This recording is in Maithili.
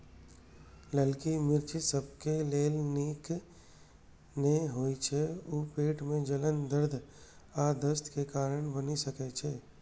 ललकी मिर्च सबके लेल नीक नै होइ छै, ऊ पेट मे जलन, दर्द आ दस्त के कारण बनि सकै छै